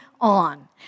on